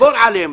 לסגור עליהם.